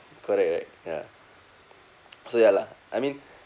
correct right ya so ya lah I mean